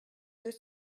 deux